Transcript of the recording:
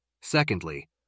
Secondly